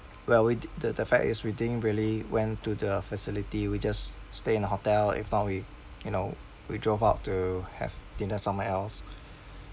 well we d~ the the fact is we didn't really went to the facility we just stay in the hotel if not we you know we drove out to have dinner somewhere else